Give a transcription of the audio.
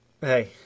Hey